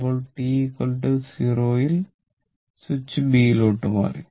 ഇപ്പോൾ t 0 ൽ switch B ലോട്ട് മാറി